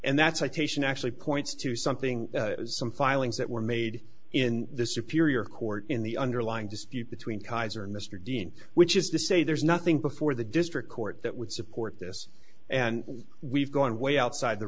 and that's why taishan actually points to something as some filings that were made in the superior court in the underlying dispute between kaiser and mr dean which is to say there's nothing before the district court that would support this and we've gone way outside the